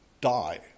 die